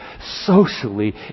socially